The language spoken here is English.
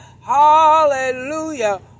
Hallelujah